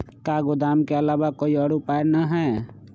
का गोदाम के आलावा कोई और उपाय न ह?